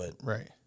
Right